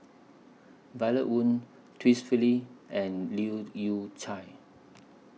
Violet Oon Twisstii and Leu Yew Chye